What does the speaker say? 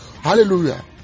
hallelujah